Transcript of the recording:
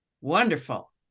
wonderful